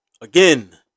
Again